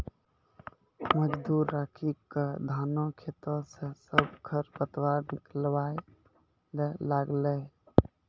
मजदूर राखी क धानों खेतों स सब खर पतवार निकलवाय ल लागलै